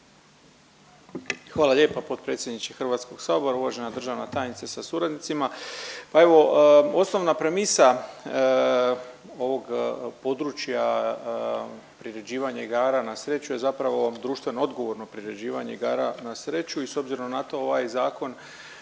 Hvala lijepa potpredsjedniče Hrvatskog sabora. Uvažena državna tajnice sa suradnicima, pa evo osnovna premisa ovog područja priređivanja igara na sreću je zapravo društveno odgovorno priređivanje igara na sreću i s obzirom na to ovaj zakon